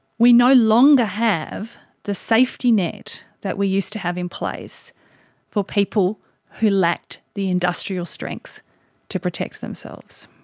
we no longer have the safety net that we used to have in place for people who lacked the industrial strength to protect themselves.